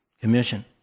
commission